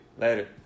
later